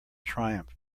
triumph